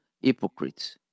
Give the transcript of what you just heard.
hypocrites